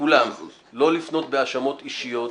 מכולם לא לפנות בהאשמות אישיות.